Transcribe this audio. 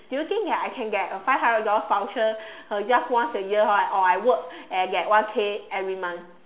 do you think I can get a five hundred voucher uh just once a year right or I work for and I get K every month